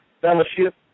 fellowship